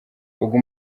ubwo